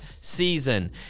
season